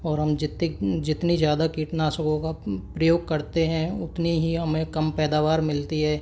और हम जितने जितनी ज़्यादा कीटनाशकों का प्रयोग करते हैं उतनी ही हमें कम पैदावार मिलती है